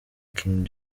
king